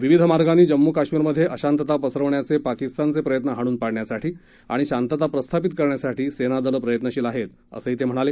विविध मार्गांनी जम्मू काश्मिरमधे अशांतता पसरवण्याचे पाकिस्तानचे प्रयत्न हाणून पाडण्यासाठी आणि शांतता प्रस्थापित करण्यासाठी सेनादलं प्रयत्नशील आहेत असं ते म्हणाले